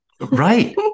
right